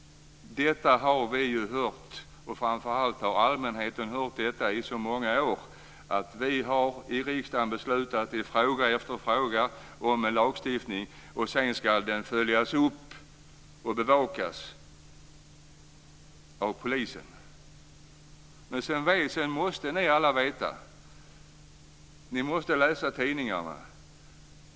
Detta har vi ju hört. Framför allt har allmänheten i så många år hört att vi i riksdagen i fråga efter fråga har beslutat om en lagstiftning som sedan ska följas upp och bevakas av polisen. Men ni måste alla läsa tidningarna.